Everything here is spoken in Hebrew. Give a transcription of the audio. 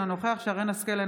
אינו נוכח שרן מרים השכל,